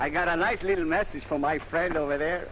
i got a nice little message from my friend over there